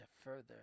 further